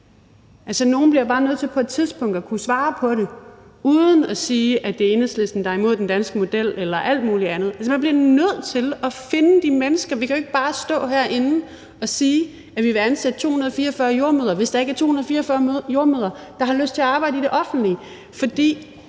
Nogen bliver bare nødt til på et tidspunkt at kunne svare på det uden at sige, at det er Enhedslisten, der er imod den danske model, eller alt muligt andet. Man bliver nødt til at finde de mennesker. Vi kan jo ikke bare stå herinde og sige, at vi vil ansætte 244 jordemødre, hvis der ikke er 244 jordemødre, der har lyst til at arbejde i det offentlige,